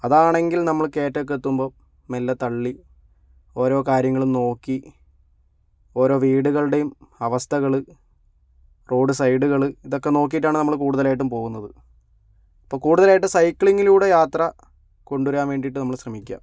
അതാണെങ്കിൽ നമ്മൾ കേറ്റമൊക്കെ എത്തുമ്പോൾ മെല്ലെ തള്ളി ഓരോ കാര്യങ്ങളും നോക്കി ഓരോ വീടുകളുടേയും അവസ്ഥകള് റോഡ് സൈഡുകള് ഇതൊക്കെ നോക്കിയിട്ടാണ് നമ്മള് കൂടുതലായിട്ടും പോകുന്നത് ഇപ്പം കൂടുതലായിട്ടും സൈക്ലിങിലൂടെയുള്ള യാത്ര കൊണ്ട് വരാൻ വേണ്ടീട്ട് നമ്മള് ശ്രമിക്കുക